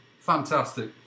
Fantastic